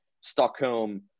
Stockholm